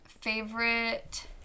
favorite